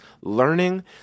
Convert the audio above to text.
learning